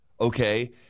okay